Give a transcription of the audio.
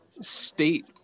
state